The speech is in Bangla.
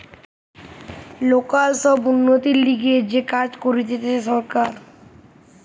লোকাল সব উন্নতির লিগে যে কাজ করতিছে সরকার